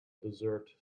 dessert